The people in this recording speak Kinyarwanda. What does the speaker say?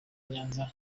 nyanza